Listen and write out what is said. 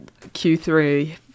Q3